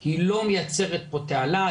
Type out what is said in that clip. היא לא מייצרת פה תעלה,